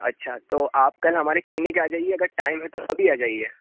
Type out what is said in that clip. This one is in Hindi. अच्छा तो आप कल हमारे क्लिनिक आ जाइए अगर टाइम है तो अभी आ जाइए